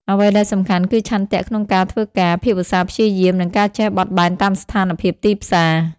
អ្វីដែលសំខាន់គឺឆន្ទៈក្នុងការធ្វើការ ភាពឧស្សាហ៍ព្យាយាម និងការចេះបត់បែនតាមស្ថានភាពទីផ្សារ។